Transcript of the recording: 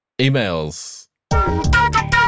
Emails